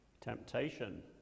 Temptation